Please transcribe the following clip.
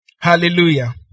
Hallelujah